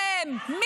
לא, את מטפלת בהם.